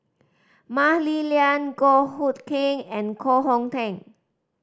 Mah Li Lian Goh Hood Keng and Koh Hong Teng